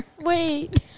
Wait